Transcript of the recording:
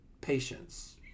patience